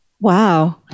Wow